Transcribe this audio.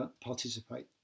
participate